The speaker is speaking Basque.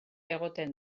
egoten